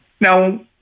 Now